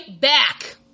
back